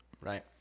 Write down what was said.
Right